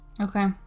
Okay